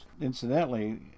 Incidentally